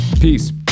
peace